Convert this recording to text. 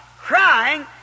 crying